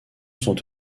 sont